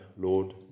Lord